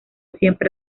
siempre